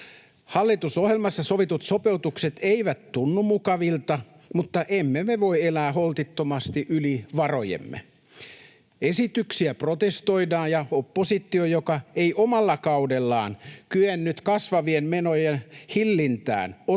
Hallitusohjelmassa sovitut sopeutukset eivät tunnu mukavilta, mutta emme me voi elää holtittomasti yli varojemme. Esityksiä protestoidaan, ja oppositio, joka ei omalla kaudellaan kyennyt kasvavien menojen hillintään, ottaa